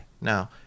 Now